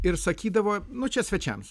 ir sakydavo nu čia svečiams